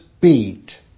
beat